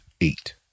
Eight